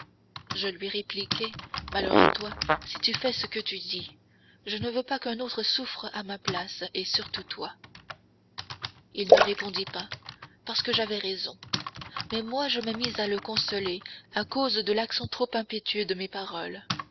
je lui répliquai malheur à toi si tu fais ce que tu dis je ne veux pas qu'un autre souffre à ma place et surtout toi il ne répondit pas parce que j'avais raison mais moi je me mis à le consoler à cause de l'accent trop impétueux de mes paroles